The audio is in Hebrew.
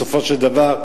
בסופו של דבר,